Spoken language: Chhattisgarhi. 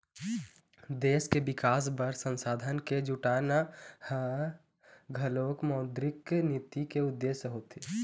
देश के बिकास बर संसाधन के जुटाना ह घलोक मौद्रिक नीति के उद्देश्य होथे